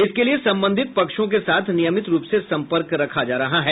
इसके लिए संबंधित पक्षों के साथ नियमित रूप से संपर्क रखा जा रहा है